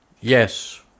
Yes